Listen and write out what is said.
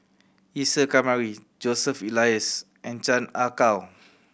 Isa Kamari Joseph Elias and Chan Ah Kow